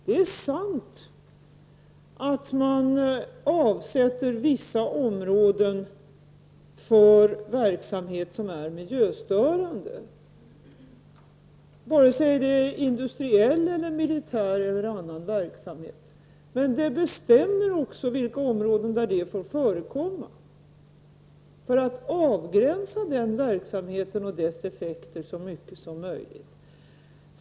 Det är sant att man avsätter vissa områden för verksamheter som är miljöstörande, vare sig det är industriell, militär eller annan verksamhet. Men där bestäms också i vilka områden det får förekomma för att avgränsa den verksamheten och dess effekter så mycket som möjligt.